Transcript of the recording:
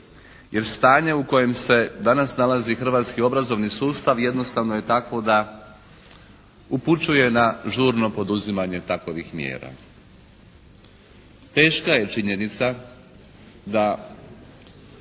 jer stanje u kojem se danas nalazi hrvatski obrazovni sustav jednostavno je takvo da upućuje na žurno poduzimanje takovih mjera. Teška je činjenica da